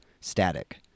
static